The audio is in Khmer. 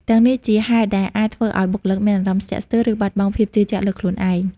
ទាំងនេះជាហេតុដែលអាចធ្វើឱ្យបុគ្គលមានអារម្មណ៍ស្ទាក់ស្ទើរ ឬបាត់បង់ភាពជឿជាក់លើខ្លួនឯង។